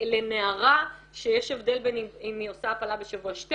לנערה שיש הבדל בין אם היא עושה הפלה בשבוע 12